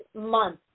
month